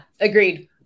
agreed